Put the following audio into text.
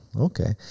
Okay